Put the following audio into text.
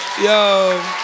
Yo